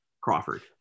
Crawford